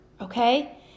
okay